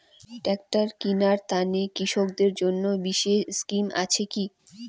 Tractor কিনার তানে কৃষকদের জন্য বিশেষ স্কিম আছি কি?